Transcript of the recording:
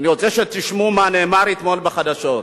שתשמעו מה נאמר אתמול בחדשות.